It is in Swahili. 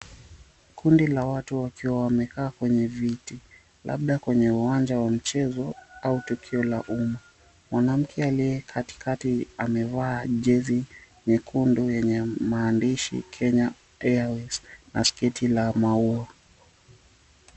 Kundi la watu wakiwa wamekaa kwenye viti labda kwenye uwanja wa mchezo au tukio la uma. Mwanamke aliye katikati amevaa jezi nyekundu yenye maandishi Kenya Airways na sketi la maua.